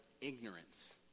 ignorance